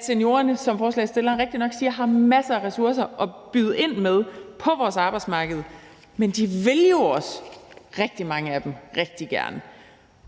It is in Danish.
som ordføreren for forespørgerne rigtigt nok siger, har masser af ressourcer at byde ind med på vores arbejdsmarked. Men rigtig mange af dem vil jo også rigtig gerne.